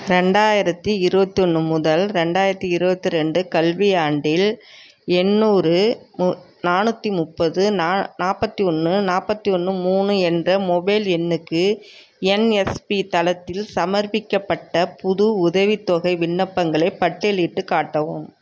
ரெண்டாயிரத்து இருபத்தி ஒன்று முதல் ரெண்டாயிரத்து இருபத்ரெண்டு கல்வியாண்டில் எண்நூறு நானுற்றி முப்பது நா நாற்பத்தி ஒன்று நாற்பத்தி ஒன்று மூணு என்ற மொபைல் எண்ணுக்கு என்எஸ்பி தளத்தில் சமர்ப்பிக்கப்பட்ட புது உதவித்தொகை விண்ணப்பங்களைப் பட்டியலிட்டுக் காட்டவும்